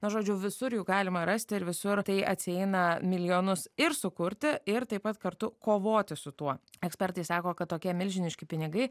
na žodžiu visur jų galima rasti ir visur tai atsieina milijonus ir sukurti ir taip pat kartu kovoti su tuo ekspertai sako kad tokie milžiniški pinigai